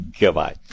Goodbye